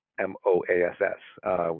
M-O-A-S-S